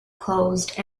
closed